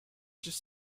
just